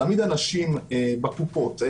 להעמיד אנשים בקופות.